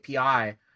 api